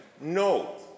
no